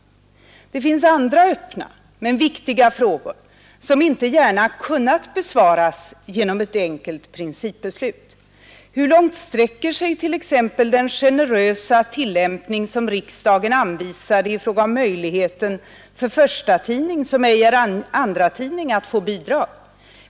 Det finns andra öppna men viktiga frågor som inte gärna kunnat besvaras genom ett enkelt principbeslut. Hur långt sträcker sig t.ex. den generösa tillämpning som riksdagen anvisade i fråga om möjligheterna för förstatidning, som inte är andratidning, att få bidrag?